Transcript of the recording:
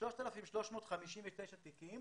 3,359 תיקים